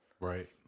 Right